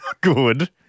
Good